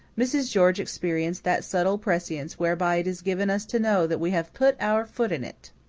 mrs. george experienced that subtle prescience whereby it is given us to know that we have put our foot in it.